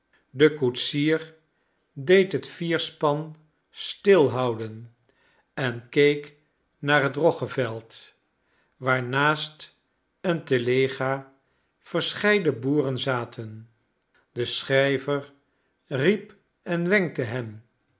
de koetsier deed het vierspan stilhouden en keek naar het roggeveld waar naast een telega verscheiden boeren zaten de schrijver riep en wenkte hen